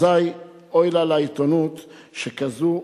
אזי אוי לה לעיתונות שכזו,